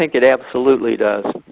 it absolutely does,